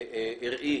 ארעי.